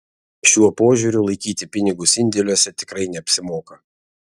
šiuo požiūriu laikyti pinigus indėliuose tikrai neapsimoka